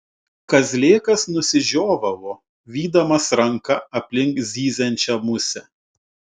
kazlėkas nusižiovavo vydamas ranka aplink zyziančią musę